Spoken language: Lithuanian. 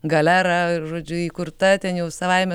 galera žodžiu įkurta ten jau savaime